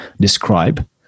describe